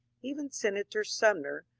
even senator sumner,